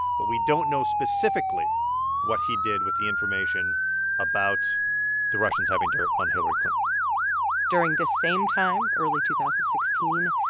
but we don't know specifically what he did with the information about the russians having dirt on hillary clinton during this same time, early two thousand and sixteen,